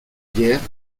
guerre